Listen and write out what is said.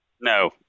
No